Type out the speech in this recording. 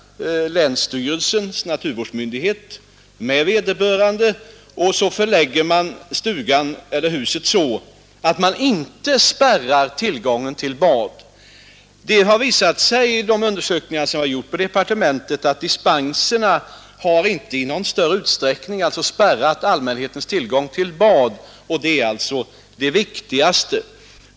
Länsstyrelsens naturvårdsmyndighet diskuterar saken med vederbörande, och sedan förlägger man stugan eller huset så att man inte spärrar tillgången till bad. Det har visat sig vid de undersökningar som gjorts på departementet att dispenserna inte i någon större utsträckning 65 minskat allmänhetens tillgång till bad, och det är det viktigaste.